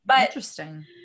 Interesting